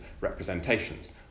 representations